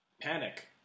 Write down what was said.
panic